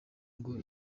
ngo